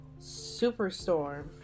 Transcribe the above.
Superstorm